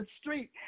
street